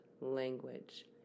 language